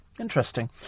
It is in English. Interesting